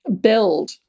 build